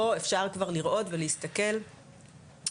פה אפשר כבר לראות ולהסתכל מהנזקים,